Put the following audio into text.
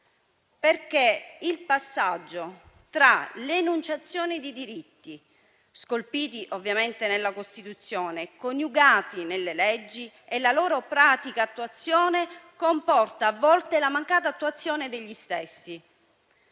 Perché il passaggio tra l'enunciazione di diritti, scolpiti nella Costituzione, coniugati nelle leggi, e la loro pratica attuazione comporta a volte la mancata attuazione degli stessi.